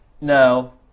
No